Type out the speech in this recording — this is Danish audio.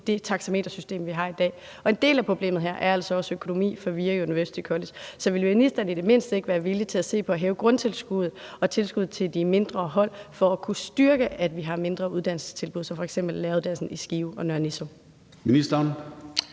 det taxametersystem, vi har i dag, og en del af problemet her er altså også økonomi, så vil ministeren i det mindste ikke være villige til at se på at hæve grundtilskuddet og tilskud til de mindre hold for at kunne styrke, at vi har mindre uddannelsestilbud som f.eks. læreruddannelsen i Skive og Nørre Nissum? Kl.